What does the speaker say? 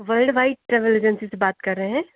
worldwide travel agency से बात कर रहे हैं